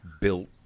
built